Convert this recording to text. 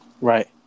Right